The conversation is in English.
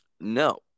No